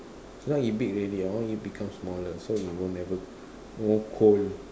so now it big already I want it became smaller so it would never won't cold